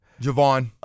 Javon